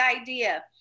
idea